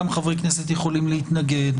גם חברי כנסת יכולים להתנגד.